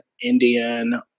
Indian